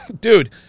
Dude